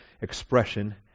expression